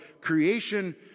creation